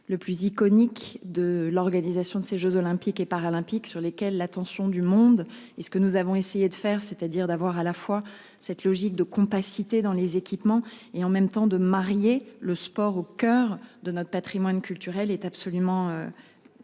le plus iconiques de l'organisation de ces Jeux olympiques et paralympiques sur lesquels l'attention du monde et ce que nous avons essayé de faire, c'est-à-dire d'avoir à la fois cette logique de compacité dans les équipements et en même temps de marier le sport au coeur de notre Patrimoine culturel est absolument. Centrale